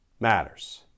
matters